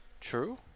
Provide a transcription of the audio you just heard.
True